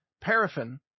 paraffin